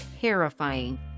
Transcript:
terrifying